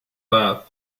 bath